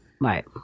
Right